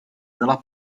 della